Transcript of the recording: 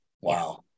Wow